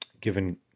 given